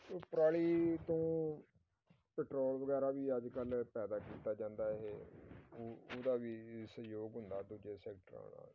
ਉਹ ਪਰਾਲੀ ਤੋਂ ਪੈਟਰੋਲ ਵਗੈਰਾ ਵੀ ਅੱਜ ਕੱਲ੍ਹ ਪੈਦਾ ਕੀਤਾ ਜਾਂਦਾ ਇਹ ਉ ਉਹਦਾ ਵੀ ਸਹਿਯੋਗ ਹੁੰਦਾ ਦੂਜੇ ਸੈਕਟਰਾਂ ਨਾਲ